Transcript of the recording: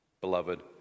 Beloved